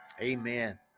Amen